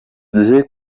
gihe